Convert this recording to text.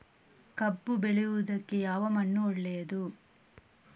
ಕಬ್ಬು ಬೆಳೆಯುವುದಕ್ಕೆ ಯಾವ ಮಣ್ಣು ಒಳ್ಳೆಯದು?